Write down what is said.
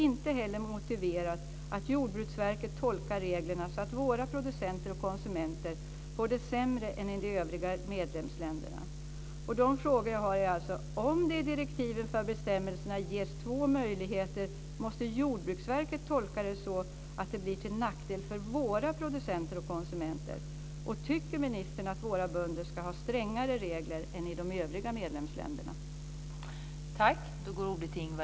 Inte heller är det motiverat att Jordbruksverket tolkar reglerna så att våra producenter och konsumenter får det sämre än i de övriga medlemsländerna. De frågor jag har är alltså: Om det i direktiven för bestämmelserna ges två möjligheter, måste Jordbruksverket tolka det så att det blir till nackdel för våra konsumenter och producenter? Tycker ministern att våra bönder ska ha strängare regler än i de övriga medlemsländerna?